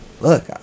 Look